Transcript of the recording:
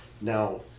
now